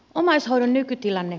omaishoidon nykytilanne